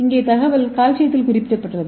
இங்கே தகவல் கால்சியத்தில் குறியிடப்பட்டுள்ளது